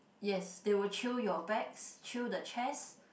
yes they will chew your bags chew the chairs